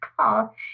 call